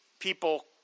People